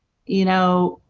you know,